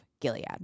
Gilead